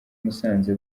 musanze